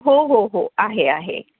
हो हो हो आहे आहे